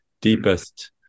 deepest